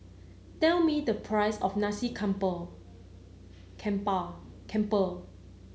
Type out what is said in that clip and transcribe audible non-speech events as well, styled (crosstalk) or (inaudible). tell me the price of Nasi Campur (unintelligible) campur